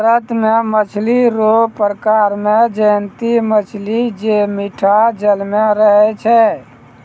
भारत मे मछली रो प्रकार मे जयंती मछली जे मीठा जल मे रहै छै